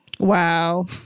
Wow